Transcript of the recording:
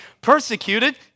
persecuted